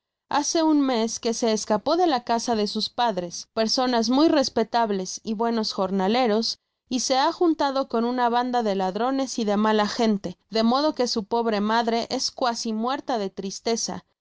hace un mes que se escapó de la casa de sus padres personas muy respetables y buenos jornaleros y se ha junlado con una banda de ladrones y de mala gente de modo que su pobre madre es cuasi mucrta de tristeza